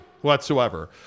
whatsoever